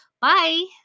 Bye